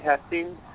testing